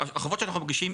החוברות שאנחנו מגישים,